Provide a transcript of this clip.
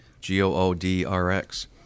G-O-O-D-R-X